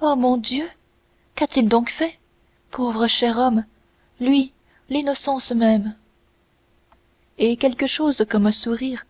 oh mon dieu qu'a-t-il donc fait pauvre cher homme lui l'innocence même et quelque chose comme un sourire